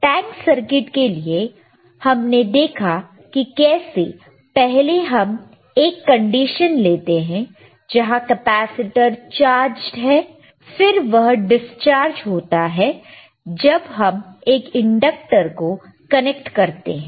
tank circuit के लिए हमने देखा है कि कैसे पहले हम एक कंडीशन लेते हैं जहां कैपेसिटर चार्जड है फिर वह डिस्चार्ज होता है जब हम एक इंडक्टर को कनेक्ट करते हैं